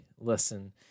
listen